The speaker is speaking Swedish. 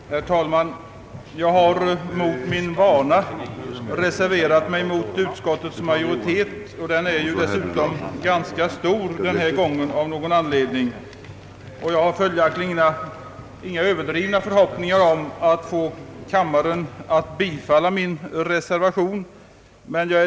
Herr talman! Jag har, mot min vana, reserverat mig beträffande utskottets skrivning, trots att det av någon anledning är en ganska stor majoritet för den. Jag har följaktligen inga överdrivna förhoppningar om att få kammaren att bifalla min reservation.